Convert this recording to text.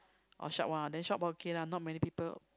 oh short while then short while okay lah not many people